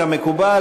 כמקובל.